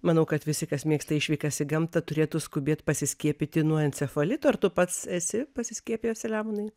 manau kad visi kas mėgsta išvykas į gamtą turėtų skubėt pasiskiepyti nuo encefalito ar tu pats esi pasiskiepijęs selemonai